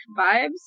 vibes